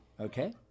okay